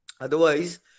Otherwise